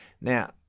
Now